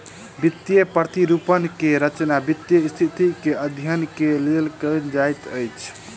वित्तीय प्रतिरूपण के रचना वित्तीय स्थिति के अध्ययन के लेल कयल जाइत अछि